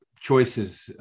choices